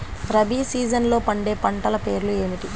రబీ సీజన్లో పండే పంటల పేర్లు ఏమిటి?